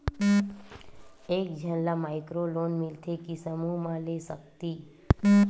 एक झन ला माइक्रो लोन मिलथे कि समूह मा ले सकती?